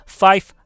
five